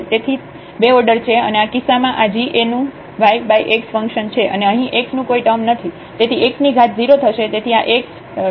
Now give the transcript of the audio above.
તેથી 2 ઓર્ડર છે અને આ કિસ્સામાં આ g એ નું yx ફંક્શન છે અને અહીં x નું કોઈ ટર્મ નથી તેથી x ની ઘાત 0 થશે